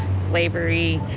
slavery,